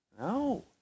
No